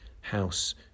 house